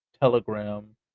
Telegram